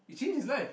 it changed his life